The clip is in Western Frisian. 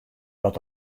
dat